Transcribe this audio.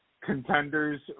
contenders